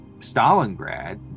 Stalingrad